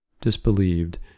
disbelieved